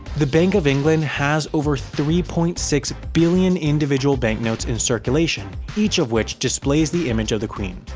the bank of england has over three point six billion individual banknotes in circulation each of which displays the image of the queen.